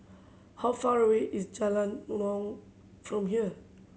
how far away is Jalan Naung from here